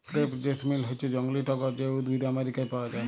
crepe jasmine হচ্যে জংলী টগর যে উদ্ভিদ আমেরিকায় পাওয়া যায়